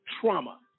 trauma